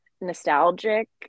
nostalgic